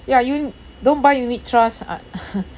ya you don't buy unit trusts ah